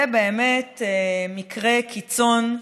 זה באמת מקרה קיצון,